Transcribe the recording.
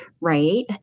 right